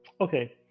Okay